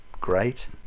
great